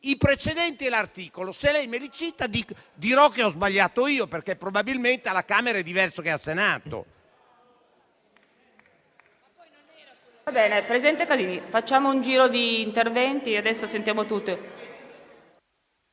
i precedenti e l'articolo. Se lei me li cita dirò che ho sbagliato io perché probabilmente alla Camera è diverso che al Senato.